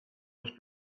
was